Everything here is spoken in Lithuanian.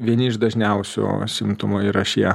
vieni iš dažniausių simptomų yra šie